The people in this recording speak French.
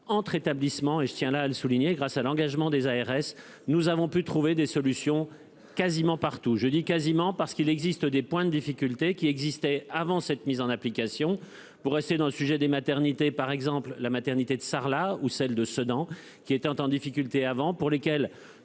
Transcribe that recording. entre établissements et je tiens là à le souligner, grâce à l'engagement des ARS nous avons pu trouver des solutions quasiment partout jeudi quasiment parce qu'il existe des points de difficultés qui existait avant cette mise en application pour rester dans le sujet des maternités par exemple, la maternité de Sarlat ou celle de Sedan qui étaient en difficulté avant pour lesquels